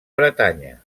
bretanya